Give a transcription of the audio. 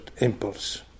impulse